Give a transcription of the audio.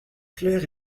claire